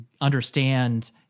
understand